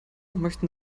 möchten